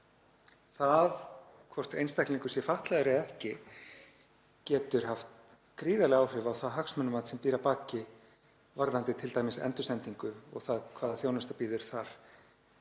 Það hvort einstaklingur sé fatlaður eða ekki getur haft gríðarleg áhrif á það hagsmunamat sem býr að baki varðandi t.d. endursendingu og það hvaða þjónusta bíður þar.